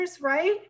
right